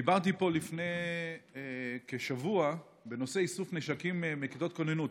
דיברתי פה לפני כשבוע בנושא איסוף נשקים מכיתות כוננות.